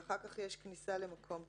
אחר כך יש 115(א) "כניסה למקום צבאי"